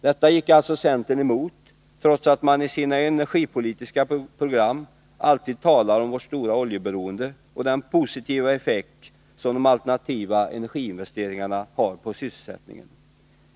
Det gick alltså centern emot trots att man i sitt energipolitiska program alltid talat om vårt stora oljeberoende och den positiva effekt som de alternativa energiinvesteringarna har på sysselsättningen.